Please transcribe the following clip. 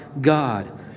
God